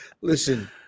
Listen